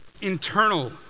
Internal